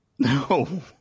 No